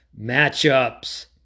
matchups